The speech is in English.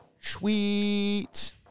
Sweet